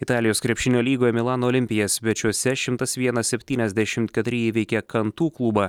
italijos krepšinio lygoje milano olimpija svečiuose šimtas vienas septyniasdešimt keturi įveikė kantu klubą